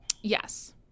yes